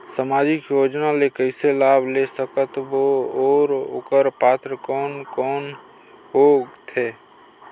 समाजिक योजना ले कइसे लाभ ले सकत बो और ओकर पात्र कोन कोन हो थे?